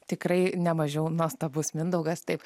tikrai ne mažiau nuostabus mindaugas taip